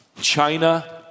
China